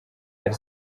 hari